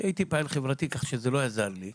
אני הייתי פעיל חברתי, כך שזה לא עזר לי,